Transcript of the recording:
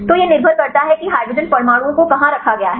तो यह निर्भर करता है कि हाइड्रोजन परमाणुओं को कहां रखा गया है